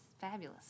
fabulous